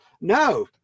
No